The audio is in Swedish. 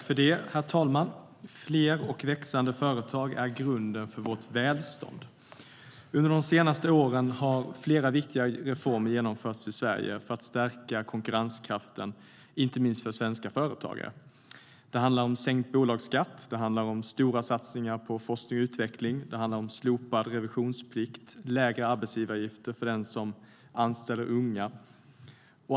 Herr talman! Fler och växande företag är grunden för vårt välstånd. Under de senaste åren har flera viktiga reformer genomförts i Sverige för att stärka konkurrenskraften, inte minst för svenska företagare. Det handlar om sänkt bolagsskatt, stora satsningar på forskning och utveckling, slopad revisionsplikt och lägre arbetsgivaravgifter för den som anställer unga.